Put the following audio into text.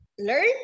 learn